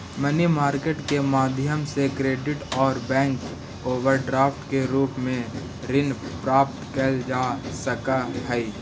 money market के माध्यम से क्रेडिट और बैंक ओवरड्राफ्ट के रूप में ऋण प्राप्त कैल जा सकऽ हई